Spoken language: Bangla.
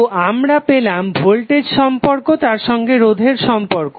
তো আমরা পেলাম ভোল্টেজ সম্পর্ক তারসঙ্গে রোধের সম্পর্ক